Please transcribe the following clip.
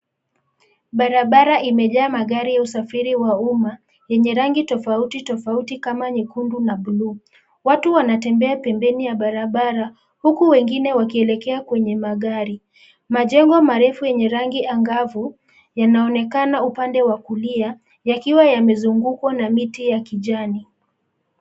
Barabara imejaa magari ya usafiri wa uma yenye rangi tofauti tofauti kama nyekundu na buluu. Watu wanatembea pembeni ya barabara huku wengine wakielekea kwenye magari. Majengo marefu yenye rangi angavu yanaonekana upande wa kulia yakiwa yamezungukwa na miti ya kijani.